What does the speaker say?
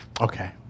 Okay